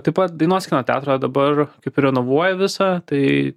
taip pat dainos kino teatrą dabar kaip ir renovuoja visą tai